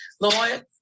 Lord